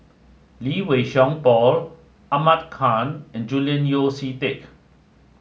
Lee Wei Song Paul Ahmad Khan and Julian Yeo See Teck